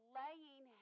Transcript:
laying